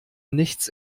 nichts